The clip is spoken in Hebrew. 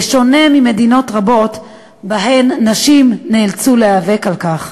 בשונה ממדינות רבות שבהן נשים נאלצו להיאבק על כך.